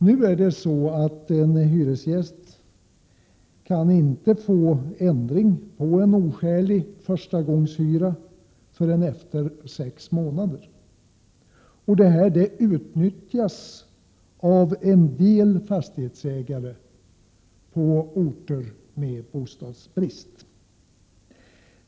I dag kan en hyresgäst inte få ändring av en oskälig förstagångshyra förrän efter sex månader. Detta utnyttjas av en del fastighetsägare på orter där det råder bostadsbrist.